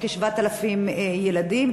יש כ-7,000 ילדים,